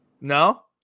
no